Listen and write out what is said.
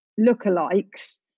lookalikes